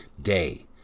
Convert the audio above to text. day